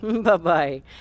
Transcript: Bye-bye